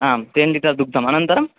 आम् ten litre दुग्धम् अनन्तरम्